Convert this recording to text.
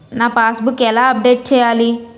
నా pass book ఎలా update చేయాలి?